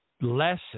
lesson